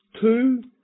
Two